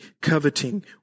coveting